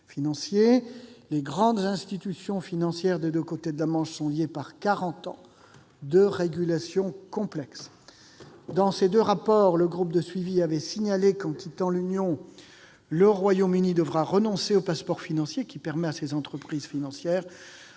Les grandes institutions du secteur des deux côtés de la Manche sont liées par quarante ans de régulations complexes. Dans ses deux rapports, le groupe de suivi avait signalé que, en quittant l'Union européenne, le Royaume-Uni devrait renoncer au passeport financier, qui permet à ses entreprises de vendre